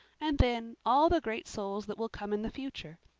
and then, all the great souls that will come in the future?